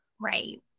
Right